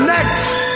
Next